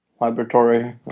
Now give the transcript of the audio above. Laboratory